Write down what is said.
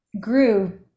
grew